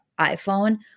iPhone